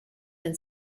been